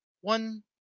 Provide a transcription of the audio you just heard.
one